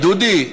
דודי,